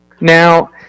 now